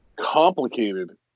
complicated